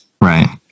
Right